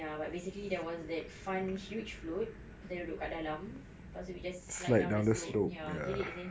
ya but basically there was that fun huge float kita duduk kat dalam lepas tu we just slide down the slope ya get it is it